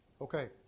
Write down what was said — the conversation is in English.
Okay